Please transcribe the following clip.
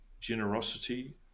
generosity